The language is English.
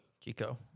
Chico